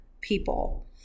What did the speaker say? people